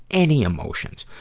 any emotions.